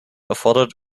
erfordert